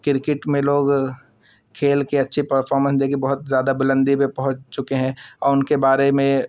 cricket میں لوگ کھیل کے اچھے پرفارمنس دے کے بہت زیادہ بلندی پہ پہنچ چکے ہیں اور ان کے بارے میں